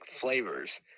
flavors